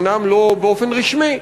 אומנם לא באופן רשמי,